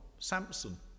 Samson